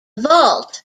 vault